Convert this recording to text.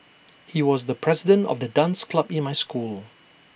he was the president of the dance club in my school